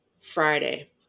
Friday